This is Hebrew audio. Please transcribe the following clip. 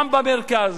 גם במרכז,